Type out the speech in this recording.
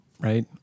right